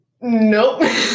Nope